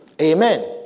Amen